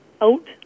out